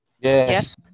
yes